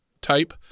type